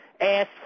ass